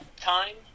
time